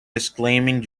disclaiming